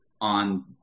on